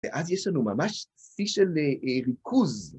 ואז יש לנו ממש סי של ריכוז.